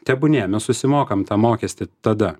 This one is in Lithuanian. tebūnie mes susimokam tą mokestį tada